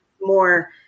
more